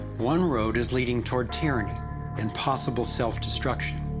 one road is leading toward tyranny and possible self destruction.